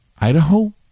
Idaho